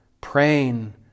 praying